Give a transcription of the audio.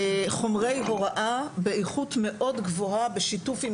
חומרי הוראה באיכות מאוד גבוהה בשיתוף עם